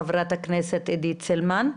חברת הכנסת עידית סילמן.